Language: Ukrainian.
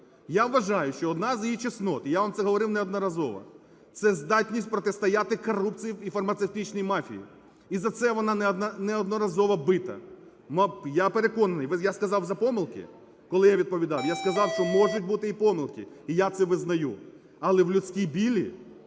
Я вважаю, що одна з її чеснот, і я вам це говорив неодноразово, це здатність протистояти корупції і фармацевтичній мафії, і за це вона неодноразово бита. Я переконаний, я сказав "за помилки", коли я доповідав, я сказав, що можуть бути і помилки, і я це визнаю. Але в людській білі